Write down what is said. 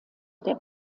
der